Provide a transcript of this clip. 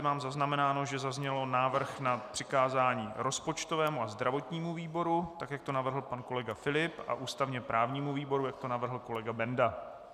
Mám zaznamenáno, že během diskuse zazněl návrh na přikázání rozpočtovému výboru a zdravotnímu výboru, jak to navrhl pan kolega Filip, a ústavněprávnímu výboru, jak to navrhl kolega Benda.